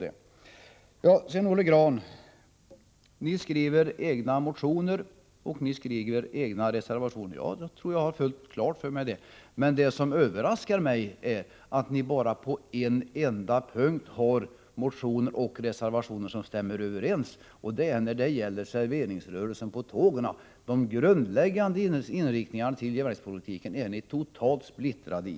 Till Olle Grahn vill jag säga följande: Ni skriver egna motioner och egna reservationer. Det har jag fullt klart för mig. Men det som överraskar mig är att ni bara på en enda punkt har motioner och reservationer som stämmer överens, och det gäller serveringsrörelsen på tågen. Men beträffande den grundläggande inriktningen av järnvägspolitiken är ni totalt splittrade.